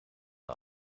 die